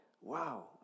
wow